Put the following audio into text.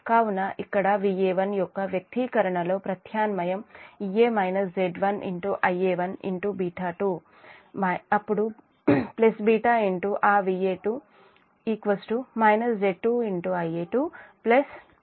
కాబట్టి ఇక్కడ Va1 యొక్క వ్యక్తీకరణలో ప్రతిక్షేపించు β2 అప్పుడు β ఆ Va2 Z2 Ia2 this Z0 Ia0